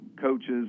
coaches